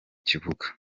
kibuga